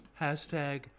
Hashtag